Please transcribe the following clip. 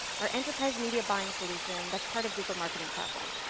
our enterprise media buying solution that's part of google marketing platform.